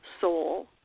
soul